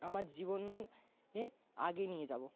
আমার জীবনে আগে নিয়ে যাবো